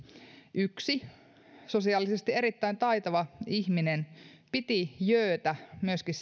yksi sosiaalisesti erittäin taitava ihminen piti jöötä myöskin